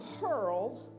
hurl